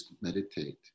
meditate